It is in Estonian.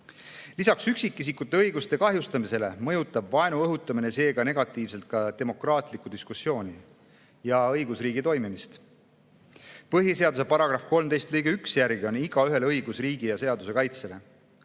Lisaks üksikisikute õiguste kahjustamisele mõjutab vaenu õhutamine negatiivselt ka demokraatlikku diskussiooni ja õigusriigi toimimist. Põhiseaduse § 13 lõike 1 järgi on igaühel õigus riigi ja seaduse kaitsele.